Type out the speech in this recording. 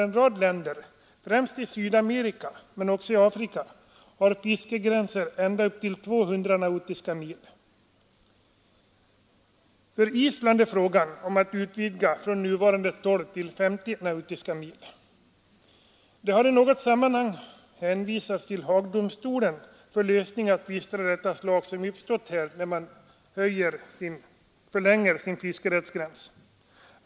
En rad länder, främst i Sydamerika men också i Afrika, har fiskegränser ända upp till 200 nautiska mil från kusten. För Island är det fråga om att flytta fiskegränsen från nuvarande 12 till 50 nautiska mil ut. Det har i något sammanhang hänvisats till Haagdomstolen för lösning av tvister av detta slag som uppstått när ett land flyttat sin fiskerättsgräns.